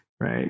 right